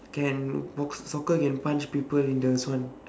can box~ soccer can punch people one